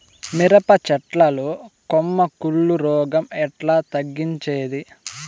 మిరప చెట్ల లో కొమ్మ కుళ్ళు రోగం ఎట్లా తగ్గించేది?